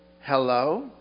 hello